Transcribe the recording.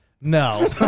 No